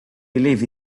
believe